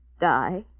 die